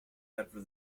after